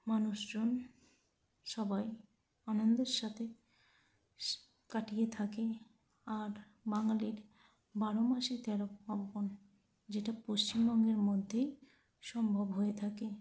মানুষজন সবাই আনন্দের সাথে কাটিয়ে থাকে আর বাঙালির বারো মাসে তেরো পার্বণ যেটা পশ্চিমবঙ্গের মধ্যেই সম্ভব হয়ে থাকে